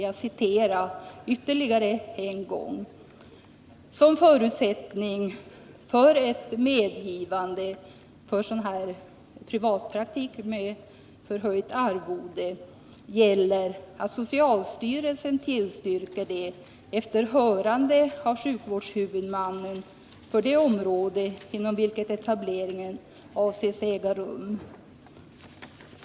Jag vill ytterligare en gång ta upp det som står där: Som förutsättning för ett medgivande av privatpraktik med förhöjt arvode gäller att socialstyrelsen tillstyrker det efter hörande av sjukvårdshuvudmannen för det område inom vilket etableringen avses äga rum.